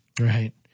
Right